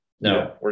No